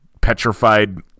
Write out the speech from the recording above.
petrified